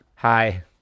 hi